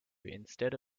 instead